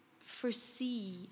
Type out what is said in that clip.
foresee